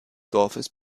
dorfes